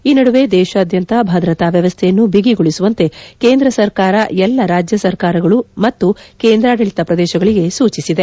ಈ ನಡುವೆ ದೇಶಾದ್ಯಂತ ಭದ್ರತಾ ವ್ಯವಸ್ಥೆಯನ್ನು ಬಿಗಿಗೊಳಿಸುವಂತೆ ಕೇಂದ್ರ ಸರ್ಕಾರ ಎಲ್ಲಾ ರಾಜ್ಯ ಸರ್ಕಾರಗಳೂ ಮತ್ತು ಕೇಂದ್ರಾಡಳಿತ ಪ್ರದೇಶಗಳಿಗೆ ಸೂಚಿಸಿದೆ